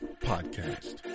Podcast